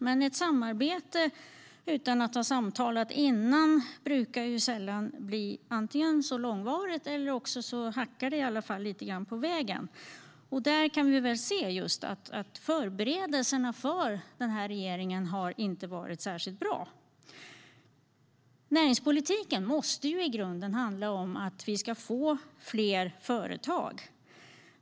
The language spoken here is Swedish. Men ett samarbete utan föregående samtal brukar sällan bli långvarigt, eller så hackar det i alla fall lite grann på vägen. Och förberedelserna för den här regeringen har inte varit särskilt bra. Näringspolitiken måste i grunden handla om att vi ska få fler företag.